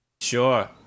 Sure